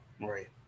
right